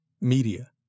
media